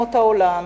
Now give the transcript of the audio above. ממדינות העולם,